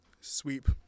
Sweep